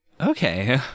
Okay